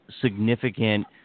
significant